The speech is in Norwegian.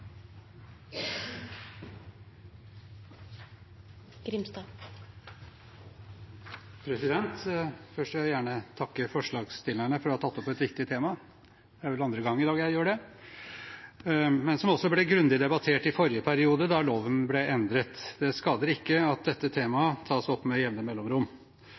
på. Først vil jeg gjerne takke forslagsstillerne for å ha tatt opp et viktig tema – det er vel andre gang i dag jeg gjør det – som også ble grundig debattert i forrige periode, da loven ble endret. Det skader ikke at dette temaet tas opp med